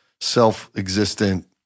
self-existent